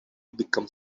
become